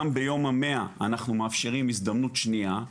גם ביום המאה אנחנו מאפשרים הזדמנות שניה.